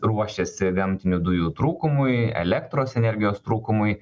ruošėsi gamtinių dujų trūkumui elektros energijos trūkumui